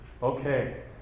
Okay